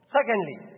Secondly